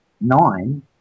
nine